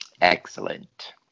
Excellent